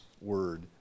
word